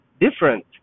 different